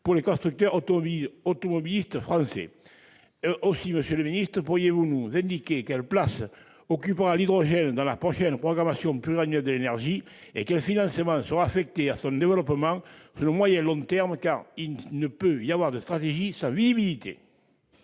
pour les constructeurs automobiles français ... Aussi, monsieur le ministre d'État, pourriez-vous nous indiquer quelle place occupera l'hydrogène dans la prochaine programmation pluriannuelle de l'énergie et quels financements seront affectés à son développement à moyen et long termes ? Il ne peut y avoir de stratégie sans visibilité !